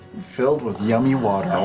filled with yummy water.